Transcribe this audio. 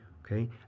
okay